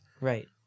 Right